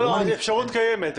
האפשרות קיימת.